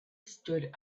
stood